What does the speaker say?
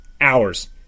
hours